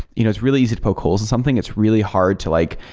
you know it's really easy to poke holes on something. it's really hard to like